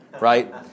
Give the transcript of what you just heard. right